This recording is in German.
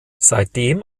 seitdem